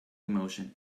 emotion